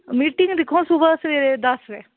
meeting दिक्खो सुबहा सवेरे दस बजे